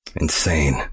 Insane